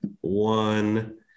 one